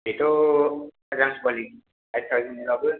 बेथ' मोजां quality five थावजेननिबाबो